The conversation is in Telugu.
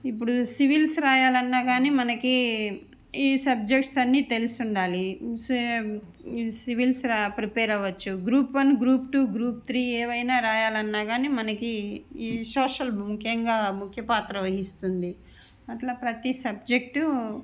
ఇప్పుడు సివిల్స్ వ్రాయాలన్నా కానీ మనకు ఈ ఈ సబ్జెక్ట్స్ అన్ని తెలిసి ఉండాలి సివిల్స్ రా ప్రిపేర్ అవ్వచ్చు group one group two group three ఏవైనా వ్రాయాలన్నా కానీ మనకి ఈ సోషల్ ముఖ్యంగా ముఖ్యపాత్ర వహిస్తుంది అట్లా ప్రతీ సబ్జెక్టు